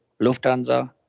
Lufthansa